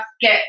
get